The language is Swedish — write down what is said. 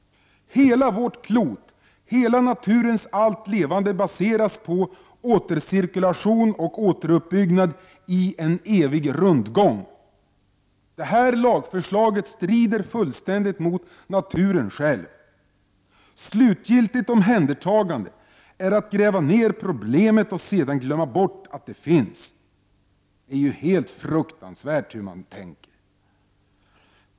Hela vårt klot, hela naturens allt levande, baseras på återcirkulation och återuppbyggnad i en evig rundgång. Det här lagförslaget strider fullständigt mot naturen själv. Slutgiltigt omhändertagande är att gräva ner problemet och sedan glömma bort att det finns. Det är helt fruktansvärt att man tänker på detta sätt.